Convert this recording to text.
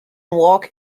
walk